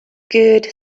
good